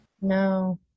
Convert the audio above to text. No